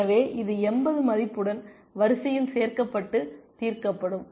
எனவே இது 80 மதிப்புடன் வரிசையில் சேர்க்கப்பட்டு தீர்க்கப்படும்